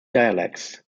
dialects